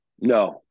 No